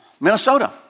Minnesota